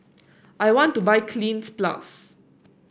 I want to buy Cleanz Plus